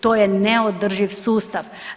To je neodrživ sustav.